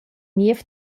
niev